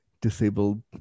disabled